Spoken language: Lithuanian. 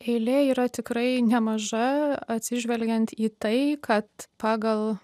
eilė yra tikrai nemaža atsižvelgiant į tai kad pagal